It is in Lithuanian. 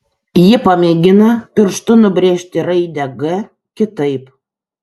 ji pamėgina pirštu nubrėžti raidę g kitaip